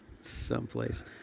Someplace